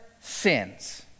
sins